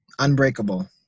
Unbreakable